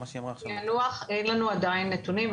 פענוח אין לנו עדיין נתונים,